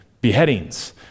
beheadings